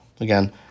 again